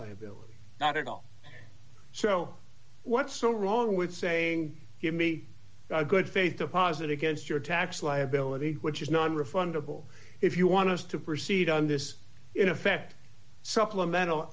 liability not at all so what's so wrong with saying give me good faith deposit against your tax liability which is nonrefundable if you want to proceed on this in effect supplemental